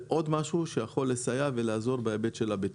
זה עוד משהו שיכול לסייע ולעזור בהיבט של הבטיחות.